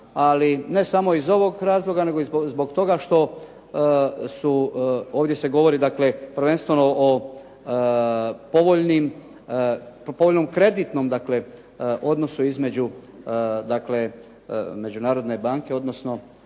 Ali ne samo zbog ovog razloga nego i zbog toga što su, ovdje se govori prvenstveno o povoljnim, povoljnom kreditnom dakle, odnosu između dakle, međunarodne banke, odnosno